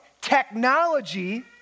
technology